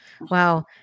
Wow